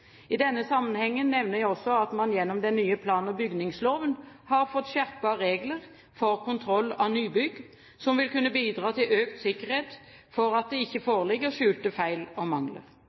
I denne sammenheng nevner jeg også at man gjennom den nye plan- og bygningsloven har fått skjerpede regler for kontroll av nybygg, som vil kunne bidra til økt sikkerhet for at det ikke foreligger skjulte feil og mangler.